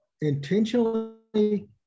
intentionally